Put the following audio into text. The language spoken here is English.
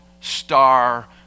star